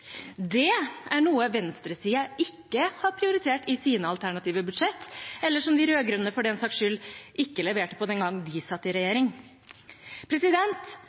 Det er noe venstresiden ikke har prioritert i sine alternative budsjetter, eller som de rød-grønne, for den saks skyld, leverte på den gang de satt i regjering.